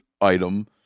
item